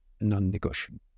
non-negotiable